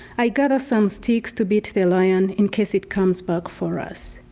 i gather some sticks to beat the lion in case it comes back for us.